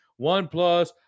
OnePlus